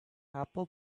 apple